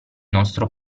nostro